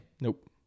nope